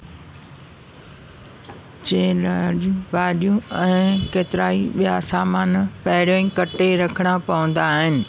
भाॼियूं ऐं केतिरा ई ॿिया सामान पहिरों ई कटे रखणा पवंदा आहिनि